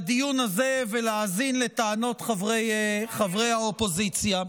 בדיון הזה ולהאזין לטענות חברי האופוזיציה.